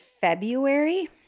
February